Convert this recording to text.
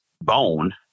bone